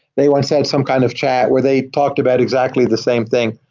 they once had some kind of chat where they talked about exactly the same thing.